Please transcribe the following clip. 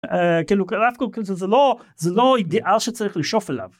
אה כאילו קלטנו כזה זה לא זה לא אידיאל שצריך לשאוף אליו.